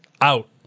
Out